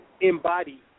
Embody